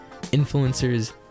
influencers